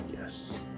Yes